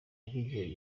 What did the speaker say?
n’igihe